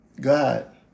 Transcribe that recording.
God